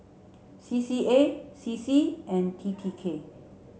C C A C C and T T K